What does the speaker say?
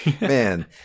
man